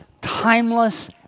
timeless